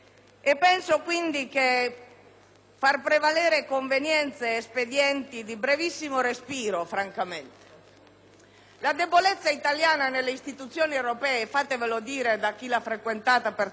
La debolezza italiana nelle istituzioni europee - fatevelo dire da chi le ha frequentate da tanto tempo - non è dovuta alla frammentazione, si fa per dire, della delegazione italiana al Parlamento europeo,